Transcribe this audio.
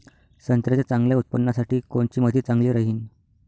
संत्र्याच्या चांगल्या उत्पन्नासाठी कोनची माती चांगली राहिनं?